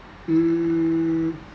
hmm